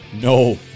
no